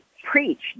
preach